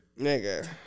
Nigga